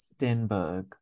Stenberg